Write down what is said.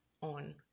on